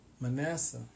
Manasseh